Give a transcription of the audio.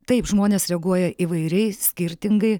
taip žmonės reaguoja įvairiai skirtingai